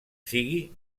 sigui